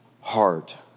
heart